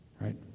right